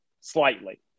slightly